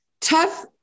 tough